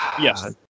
Yes